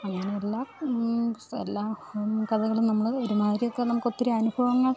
അങ്ങെനെ എല്ലാ എല്ലാ കഥകളും നമ്മൾ ഒരുമാതിരിയൊക്ക നമുക്ക് ഒത്തിരി അനുഭവങ്ങൾ